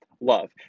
love